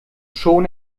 schon